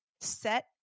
set